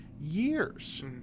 years